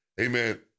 amen